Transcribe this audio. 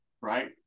right